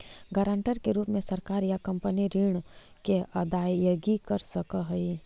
guarantor के रूप में सरकार या कंपनी ऋण के अदायगी कर सकऽ हई